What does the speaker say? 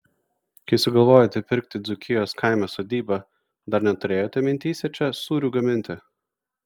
kai sugalvojote pirkti dzūkijos kaime sodybą dar neturėjote mintyse čia sūrių gaminti